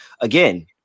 again